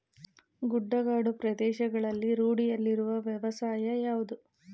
ಗುಡ್ಡಗಾಡು ಪ್ರದೇಶಗಳಲ್ಲಿ ರೂಢಿಯಲ್ಲಿರುವ ವ್ಯವಸಾಯ ಯಾವುದು?